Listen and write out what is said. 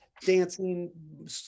dancing